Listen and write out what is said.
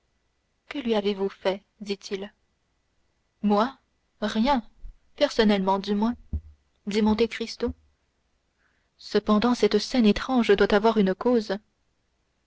que lui avez-vous fait dit-il moi rien personnellement du moins dit monte cristo cependant cette scène étrange doit avoir une cause